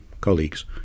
colleagues